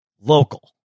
local